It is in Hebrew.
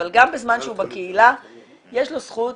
אבל גם בזמן שהוא בקהילה יש לו זכות